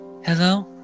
Hello